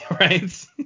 Right